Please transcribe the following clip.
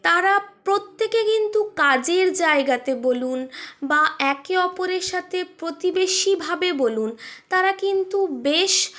তাঁরা প্রত্যেকে কিন্তু কাজের জায়গাতে বলুন বা একে অপরের সাথে প্রতিবেশী ভাবে বলুন তাঁরা কিন্তু বেশ